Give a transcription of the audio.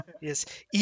Yes